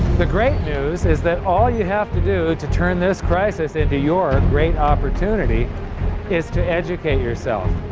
the great news is that all you have to do to turn this crisis into your great opportunity is to educate yourself.